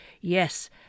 Yes